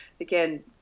again